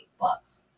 books